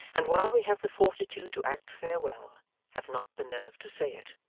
and while we have the fortitude to act farewell have not the nerve to say it?